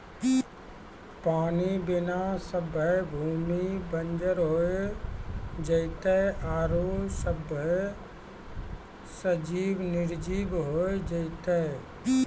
पानी बिना सभ्भे भूमि बंजर होय जेतै आरु सभ्भे सजिब निरजिब होय जेतै